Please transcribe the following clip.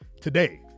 Today